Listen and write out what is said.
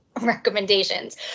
Recommendations